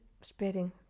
spreading